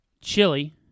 chili